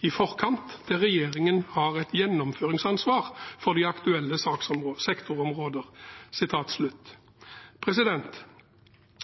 i forkant, der regjeringen har et gjennomføringsansvar for de aktuelle sektorområder.»